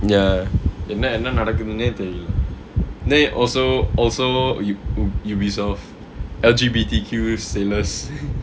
ya என்ன என்ன நடக்குதுனே தெரில:enna enna nadakkuthunu therila also also you you resolve L_G_B_T_Q sailors